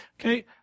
okay